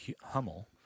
Hummel